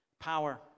Power